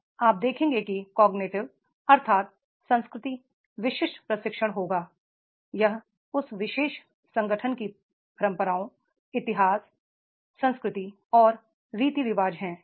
अब आप देखेंगे कि कॉग्निटिव अर्थात संस्कृति विशिष्ट प्रशिक्षणहोगा यह उस विशेष संगठन की परंपराओं इतिहास संस्कृति और रीति रिवाज हैं